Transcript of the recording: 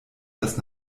das